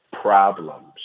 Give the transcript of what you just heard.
problems